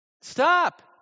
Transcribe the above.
Stop